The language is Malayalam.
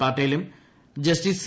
പട്ടേലും ജസ്റ്റിസ് സി